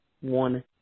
one